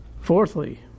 fourthly